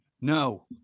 No